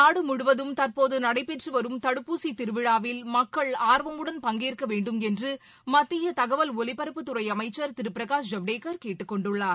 நாடு முழுவதும் தற்போது நடைபெற்று வரும் தடுப்பஆசி தி ருவி ழாவில் மக்கள் ஆர்வ முடன் பங்கேற்க வேண்டும் என் று மத்திய தகவல் ஒலி பரப்பத்துறை அமைச்சர் திரு பிரகாஷ் ஜவடேகர் கேட்டுக் கொண்டுள்ளார்